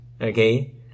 Okay